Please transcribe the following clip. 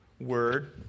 word